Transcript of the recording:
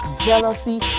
jealousy